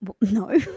No